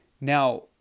Now